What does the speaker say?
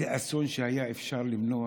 אם זה אסון שהיה אפשר למנוע?